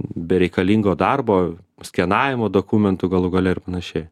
bereikalingo darbo skenavimo dokumentų galų gale ir panašiai